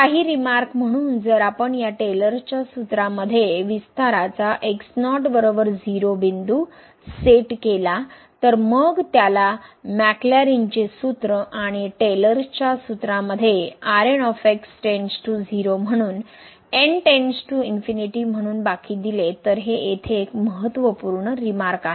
काही रिमार्क म्हणून जर आपण या टेलर्सच्या सूत्रामध्ये विस्ताराचा बिंदू सेट केला तर मग त्याला मॅक्लॅरिनचे Maclaurin'sसूत्र आणि टेलर्सच्या सूत्रामध्ये म्हणून म्हणून बाकी दिले तर हे येथे एक महत्त्वपूर्ण रिमार्क आहे